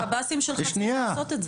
הקב״סים שלך צריכים לעשות את זה.